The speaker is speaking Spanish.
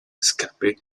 escape